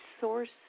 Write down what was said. source